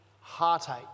heartache